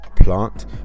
Plant